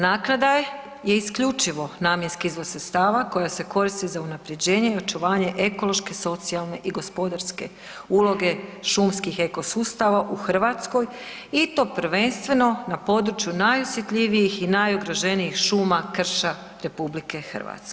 Naknada je isključivo namjenski izvor sredstava koja se koristi za unapređenje i očuvanje ekološke, socijalne i gospodarske uloge šumskih ekosustava u Hrvatskoj i to prvenstveno na području najosjetljivijih i najugroženijih šuma, krša RH.